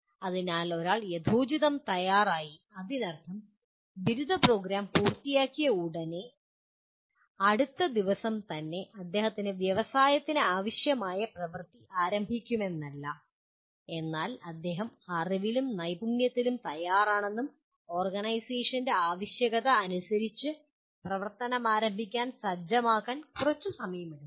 അതിനാൽ ഒരാൾ യഥോചിതം തയ്യാറായി അതിനർത്ഥം ബിരുദ പ്രോഗ്രാം പൂർത്തിയാക്കിയ ഉടൻ അടുത്ത ദിവസം തന്നെ അദ്ദേഹം വ്യവസായത്തിന് ആവശ്യമായ പ്രവൃത്തി ആരംഭിക്കുമെന്നല്ല എന്നാൽ അദ്ദേഹം അറിവിലും നൈപുണ്യത്തിലും തയ്യാറാണെന്നും ഓർഗനൈസേഷൻ്റെ ആവശ്യകത അനുസരിച്ച് പ്രവർത്തനം ആരംഭിക്കാൻ സജ്ജമാക്കാൻ കുറച്ച് സമയമെടുക്കും